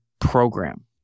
program